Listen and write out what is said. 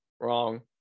wrong